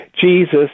Jesus